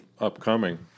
upcoming